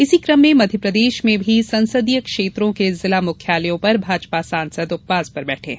इसी क्रम में मध्यप्रदेश में भी संसदीय क्षेत्रों के जिला मुख्यालयों पर भाजपा सांसद उपवास पर बैठे हैं